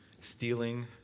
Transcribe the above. Stealing